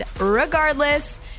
Regardless